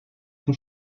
son